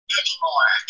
anymore